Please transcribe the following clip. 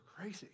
crazy